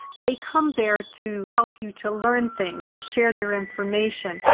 they come there to help you to learn things to share their information,